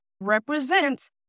represents